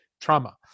trauma